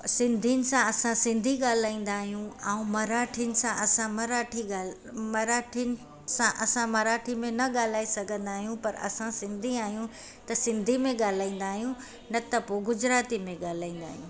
सिंधीयुनि सां असां सिंधी ॻाल्हाईंदा आहियूं ऐं मराठीनि सां असां मराठी ॻाल्हि मराठीयुनि सां असां मराठी में न ॻाल्हाए सघंदा आहियूं पर असां सिंधी आहियूं त सिंधी में ॻाल्हाईंदा आहियूं न त पोइ गुजराती में ॻाल्हाईंदा आहियूं